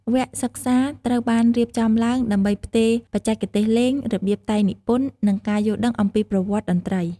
វគ្គសិក្សាត្រូវបានរៀបចំឡើងដើម្បីផ្ទេរបច្ចេកទេសលេង របៀបតែងនិពន្ធ និងការយល់ដឹងអំពីប្រវត្តិតន្ត្រី។